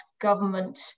government